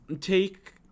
take